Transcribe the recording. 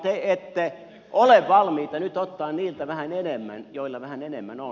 te ette ole valmiita nyt ottamaan niiltä vähän enemmän joilla vähän enemmän on